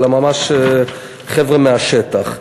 אלא ממש חבר'ה מהשטח.